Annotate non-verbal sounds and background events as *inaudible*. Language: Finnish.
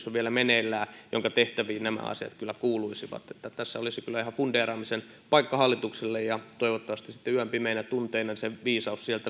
*unintelligible* on vielä meneillään selvitys tuomioistuinvirastosta jonka tehtäviin nämä asiat kyllä kuuluisivat tässä olisi siis kyllä ihan fundeeraamisen paikka hallitukselle ja toivottavasti sitten yön pimeinä tunteina se viisaus sieltä *unintelligible*